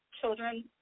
children